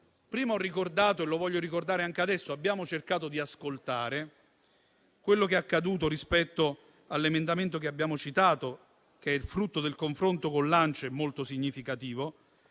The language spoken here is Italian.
Prima ho ricordato - e desidero ricordarlo anche adesso - che abbiamo cercato di ascoltare quello che è accaduto rispetto all'emendamento che abbiamo citato, frutto del confronto molto significativo